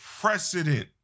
precedent